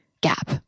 gap